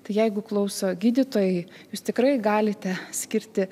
tai jeigu klauso gydytojai jūs tikrai galite skirti